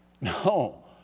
No